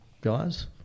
guys